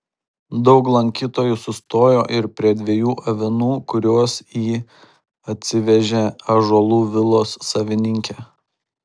daug lankytojų sustojo ir prie dviejų avinų kuriuos į atsivežė ąžuolų vilos savininkė